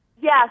Yes